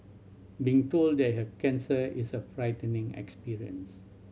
being told that have cancer is a frightening experience